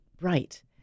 right